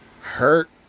Hurt